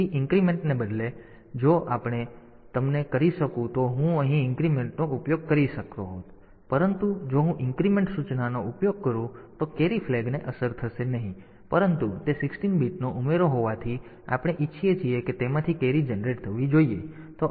તેથી ઇન્ક્રીમેન્ટને બદલે કારણ કે જો આપણે જો હું તમને કરી શકું તો હું અહીં ઇન્ક્રીમેન્ટનો ઉપયોગ કરી શક્યો હોત પરંતુ જો હું ઇન્ક્રીમેન્ટ સૂચનાનો ઉપયોગ કરું તો કેરી ફ્લેગને અસર થશે નહીં પરંતુ તે 16 બીટનો ઉમેરો હોવાથી આપણે ઇચ્છીએ છીએ કે તેમાંથી કેરી જનરેટ થવી જોઈએ